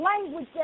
language